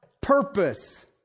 purpose